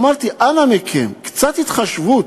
אמרתי, אנא מכם, קצת התחשבות,